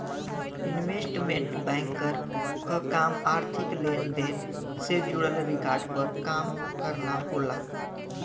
investment banker क काम आर्थिक लेन देन से जुड़ल रिकॉर्ड पर काम करना होला